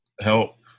help